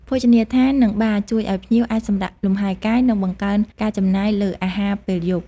ភោជនីយដ្ឋាន និងបារជួយឱ្យភ្ញៀវបានសម្រាកលំហែកាយ និងបង្កើនការចំណាយលើអាហារពេលយប់។